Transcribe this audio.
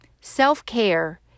self-care